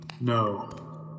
No